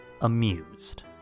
amused